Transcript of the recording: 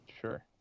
Sure